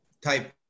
type